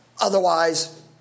Otherwise